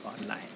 online